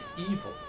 evil